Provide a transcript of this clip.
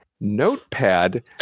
notepad